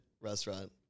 restaurant